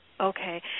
Okay